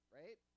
right